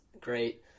great